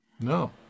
no